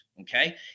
okay